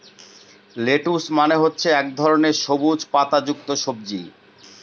lettuce মানে হচ্ছে এক ধরনের সবুজ পাতা যুক্ত সবজি